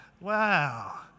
Wow